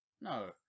No